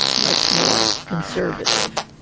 much more conservative.